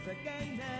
again